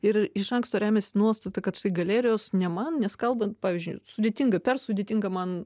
ir iš anksto remiasi nuostata kad štai galerijos ne man nes kalbant pavyzdžiui sudėtinga per sudėtinga man